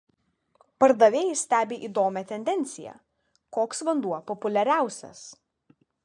pardavėjai stebi įdomią tendenciją koks vanduo populiariausias